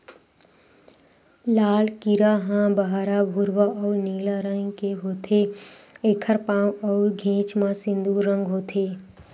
लाल कीरा ह बहरा भूरवा अउ नीला रंग के होथे, एखर पांव अउ घेंच म सिंदूर रंग होथे